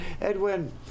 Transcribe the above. Edwin